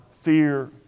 fear